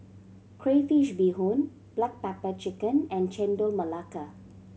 crayfish beehoon black pepper chicken and Chendol Melaka